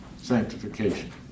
sanctification